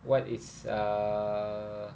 what is err